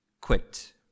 quit